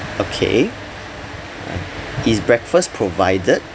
okay uh is breakfast provided